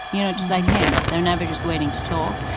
you know, just like him. they're never just waiting to talk.